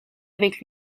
avec